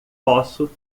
posso